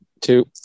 two